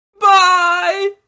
Bye